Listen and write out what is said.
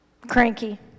cranky